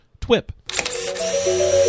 TWIP